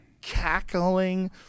cackling